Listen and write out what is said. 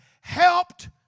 helped